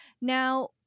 Now